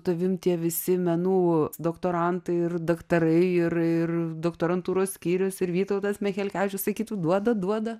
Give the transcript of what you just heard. tavim tie visi menų doktorantai ir daktarai ir ir doktorantūros skyrius ir vytautas michelkevičius sakytų duoda duoda